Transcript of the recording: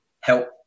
help